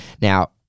Now